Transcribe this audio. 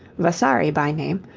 vasari by name,